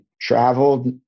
traveled